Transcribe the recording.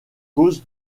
cause